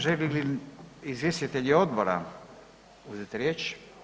Žele li izvjestitelji odbora uzeti riječ?